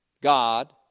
God